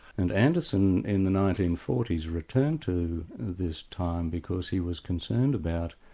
and anderson in the nineteen forty s returned to this time, because he was concerned about,